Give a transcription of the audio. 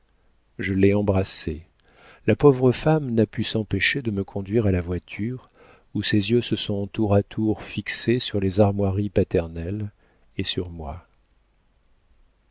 je l'ai embrassée la pauvre femme n'a pu s'empêcher de me conduire à la voiture où ses yeux se sont tour à tour fixés sur les armoiries paternelles et sur moi